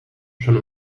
schon